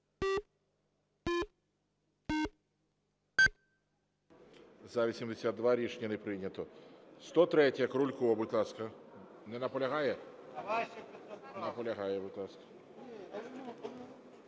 За-82 Рішення не прийнято. 103-я. Крулько, будь ласка. Не наполягає? Наполягає. Будь ласка.